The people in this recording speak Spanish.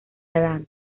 adán